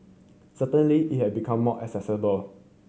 certainly it had become more accessible